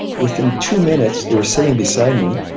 within two minutes they were sitting beside me,